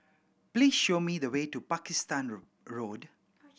please show me the way to Pakistan Road